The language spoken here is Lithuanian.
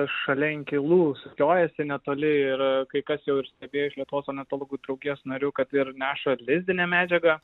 šalia inkilų sukiojasi netoli ir kai kas jau ir stebėjo iš lietuvos ornitologų draugijos narių kad ir neša lizdinę medžiagą